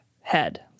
head